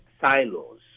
silos